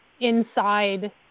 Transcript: inside